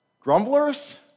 Grumblers